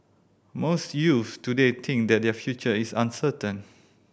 most youth today think that their future is uncertain